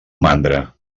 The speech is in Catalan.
mandra